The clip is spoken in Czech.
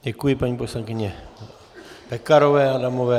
Děkuji paní poslankyni Pekarové Adamové.